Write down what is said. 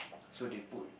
so they put